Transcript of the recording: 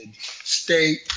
state